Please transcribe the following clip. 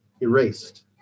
erased